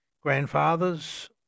grandfathers